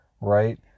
right